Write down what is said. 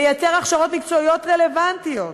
לייצר הכשרות מקצועיות רלוונטיות,